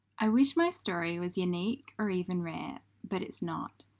i wish my story was unique or even rare but it's not,